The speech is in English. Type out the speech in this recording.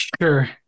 Sure